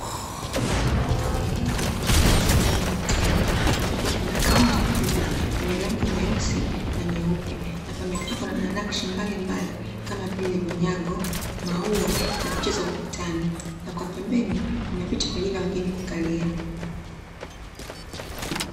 Eneo la mapokezi ndani ya hoteli, ambapo kuna kaunta kubwa yenye rangi nyeusi na nyeupe na pamepambwa na nakshi mbalimbali kama vile, vinyago, maua na picha za ukutani, na kwa pembeni kuna viti kwa ajili ya kukalia wageni.